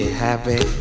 happy